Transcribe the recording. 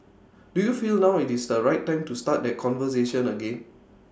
do you feel now is the right time to start that conversation again